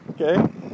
Okay